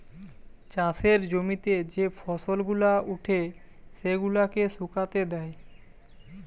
চাষের জমিতে যে ফসল গুলা উঠে সেগুলাকে শুকাতে দেয়